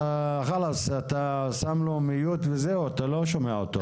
חלאס, אתה שם לו מיוט ואתה לא שומע אותו.